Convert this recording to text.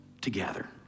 together